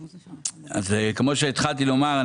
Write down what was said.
כמו שהתחלתי לומר,